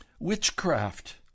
Witchcraft